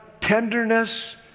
tenderness